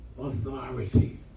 authority